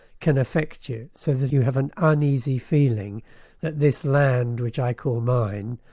can affect you, so that you have an uneasy feeling that this land which i call mine,